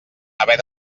haver